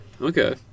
Okay